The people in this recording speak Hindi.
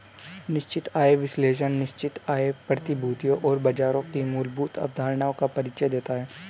निश्चित आय विश्लेषण निश्चित आय प्रतिभूतियों और बाजारों की मूलभूत अवधारणाओं का परिचय देता है